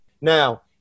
Now